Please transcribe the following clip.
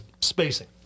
spacing